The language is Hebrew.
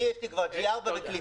יש לי כבר G4 וקליטה,